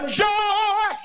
joy